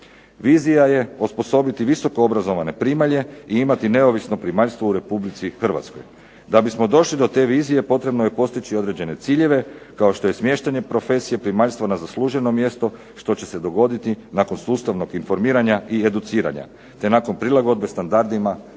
Vizija je osposobiti visoko obrazovane primalje i imati neovisno primaljstvo u Republici Hrvatskoj. Da bismo došli do te vizije potrebno je postići određene ciljeve kao što je smještanje profesije primaljstva na zasluženo mjesto što će se dogoditi nakon sustavnog informiranja i educiranja, te nakon prilagodbe standardima Europske